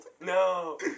no